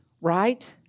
right